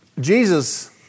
Jesus